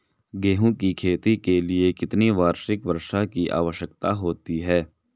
गेहूँ की खेती के लिए कितनी वार्षिक वर्षा की आवश्यकता होती है?